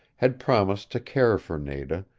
had promised to care for nada,